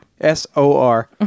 S-O-R